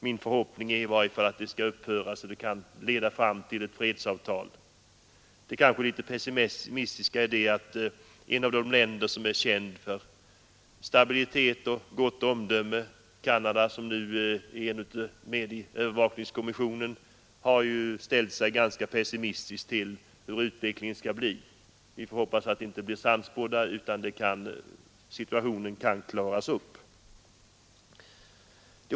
Min förhoppning är i varje fall att stridigheterna skall upphöra, så att det blir ett fredsavtal. Canada, ett land som är känt för stabilitet och gott omdöme och som ingår i övervakningskommissionen, har dock ställt sig ganska pessimistiskt till hur det skall gå. Vi får hoppas att kanadensarna inte blir sannspådda utan att situationen kan klaras upp.